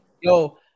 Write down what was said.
yo